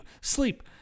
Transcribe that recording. Sleep